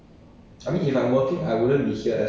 oh oh